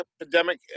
epidemic